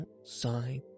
outside